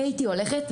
אני הייתי הולכת,